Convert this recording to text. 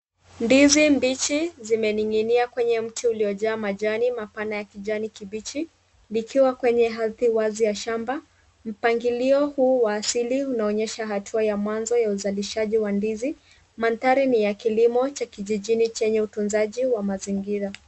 Ndizi mbichi zimening'inia kwenye mti uliojaa majani mapana ya kijani kibichi likiwa kwenye ardhi wazi ya shamba, mpangilio huu wa asili unaonyesha hatua ya mwanzo ya uzalishaji wa ndizi. Mandhari ni ya kilimo Cha kijijini chenye utunzaji wa mazingira.